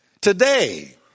today